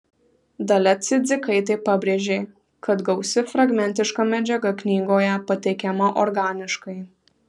dalia cidzikaitė pabrėžė kad gausi fragmentiška medžiaga knygoje pateikiama organiškai